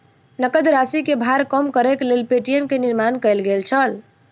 नकद राशि के भार कम करैक लेल पे.टी.एम के निर्माण कयल गेल छल